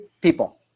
people